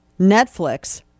Netflix